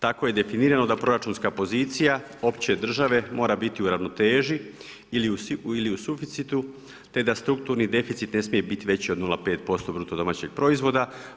Tako je definirano da proračunska pozicija opće države mora biti u ravnoteži ili u suficitu te da strukturni deficit ne smije biti veći od 0,5% bruto domaćeg proizvoda.